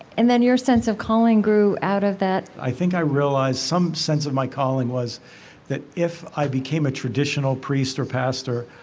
and then your sense of calling grew out of that? i think i realized some sense of my calling was that, if i became a traditional priest or pastor,